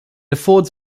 affords